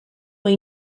when